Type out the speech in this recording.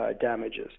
damages